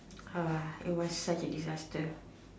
uh it was such a disaster